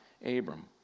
Abram